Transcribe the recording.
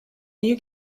new